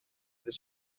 dydd